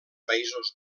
països